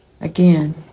again